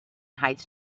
heights